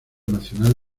nacional